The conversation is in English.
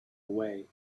away